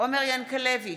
עומר ינקלביץ'